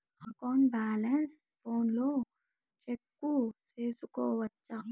account balance ఫోనులో check సేసుకోవచ్చా